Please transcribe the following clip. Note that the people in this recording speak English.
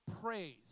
praise